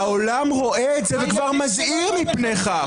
העולם רואה את זה וכבר מזהיר מפני כך,